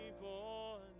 born